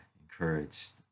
encouraged